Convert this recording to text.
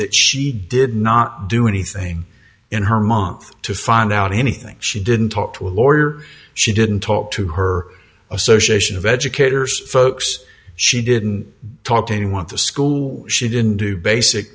that she did not do anything in her month to find out anything she didn't talk to a lawyer she didn't talk to her association of educators folks she didn't talk to anyone to school she didn't do basic